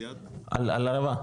על ערבה.